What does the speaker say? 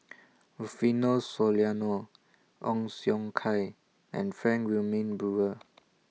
Rufino Soliano Ong Siong Kai and Frank Wilmin Brewer